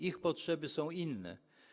Ich potrzeby są inne.